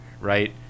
right